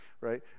right